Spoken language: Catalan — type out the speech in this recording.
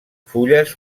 fulles